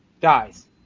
dies